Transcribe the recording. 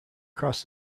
cross